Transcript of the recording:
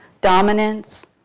dominance